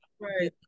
right